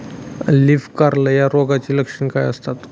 Leaf curl या रोगाची लक्षणे काय असतात?